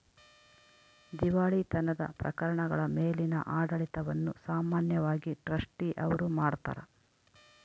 ದಿವಾಳಿತನದ ಪ್ರಕರಣಗಳ ಮೇಲಿನ ಆಡಳಿತವನ್ನು ಸಾಮಾನ್ಯವಾಗಿ ಟ್ರಸ್ಟಿ ಅವ್ರು ಮಾಡ್ತಾರ